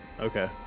Okay